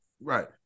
right